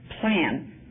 plan